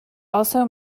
also